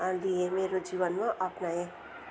दिएँ मेरो जीवनमा अप्नाए